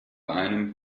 einem